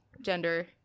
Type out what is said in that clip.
gender